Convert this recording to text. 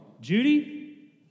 Judy